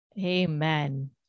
Amen